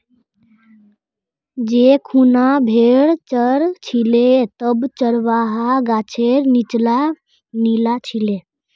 जै खूना भेड़ च र छिले तब चरवाहा गाछेर नीच्चा नीना छिले